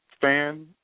fan